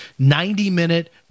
90-Minute